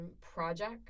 project